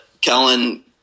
Kellen